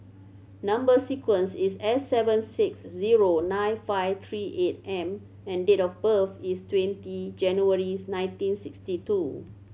number sequence is S seven six zero nine five three eight M and date of birth is twenty January nineteen sixty two